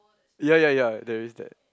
ya ya ya there is that